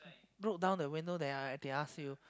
rolled down the window then they they ask you